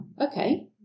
okay